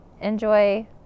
enjoy